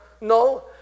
No